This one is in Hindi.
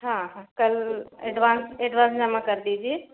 हाँ हाँ कल एडवांस एडवांस जमा कर दीजिए